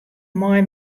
mei